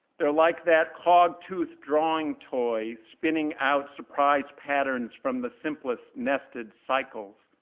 they're like that cog-tooth drawing toy, spinning out surprise patterns from the simplest nested cycles.